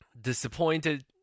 disappointed